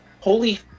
holy